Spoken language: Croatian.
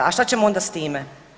A šta ćemo onda s time?